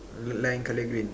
li~ lime colour green